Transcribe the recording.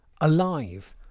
alive